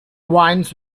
wines